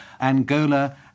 Angola